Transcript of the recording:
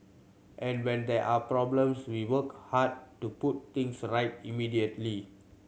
and when there are problems we work hard to put things right immediately